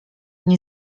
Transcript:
nie